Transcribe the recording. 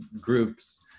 groups